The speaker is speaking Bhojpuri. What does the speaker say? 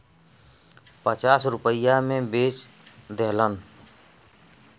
पचास रुपइया मे बेच देहलन